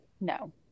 No